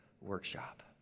workshop